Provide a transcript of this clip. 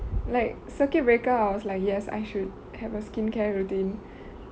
like circuit breaker I was like yes I should have a skincare routine